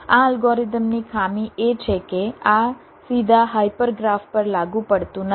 આ અલ્ગોરિધમની ખામી એ છે કે આ સીધા હાયપર ગ્રાફ પર લાગુ પડતું નથી